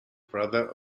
brother